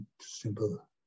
simple